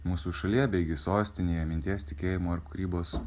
mūsų šalyje beigi sostinėje minties tikėjimo ir kūrybos